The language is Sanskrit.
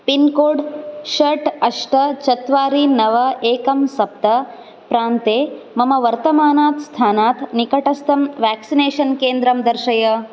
पिन्कोड् षट् अष्ट चत्वारि नव एकं सप्त प्रान्ते मम वर्तमानात् स्थानात् निकटस्थं व्याक्सिनेषन् केन्द्रं दर्शय